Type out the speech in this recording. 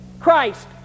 Christ